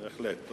בהחלט.